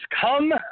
come